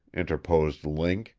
interposed link,